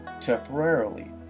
temporarily